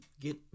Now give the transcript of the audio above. get